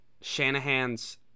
Shanahan's